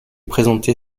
présentée